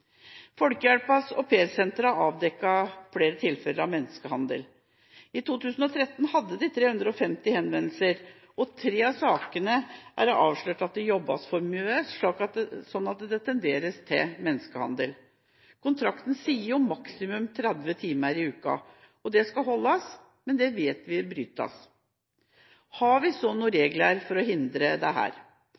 Folkehjelpens Au Pair Center har avdekket flere tilfeller av menneskehandel. I 2013 hadde de 350 henvendelser. I tre av sakene er det avslørt at det jobbes for mye, slik at det tenderer til menneskehandel. Kontrakten sier maksimum 30 timer i uka. Det skal holdes, men det vet vi brytes. Har vi så noen regler for å hindre dette? Stortinget endret utlendingsloven. Det